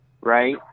Right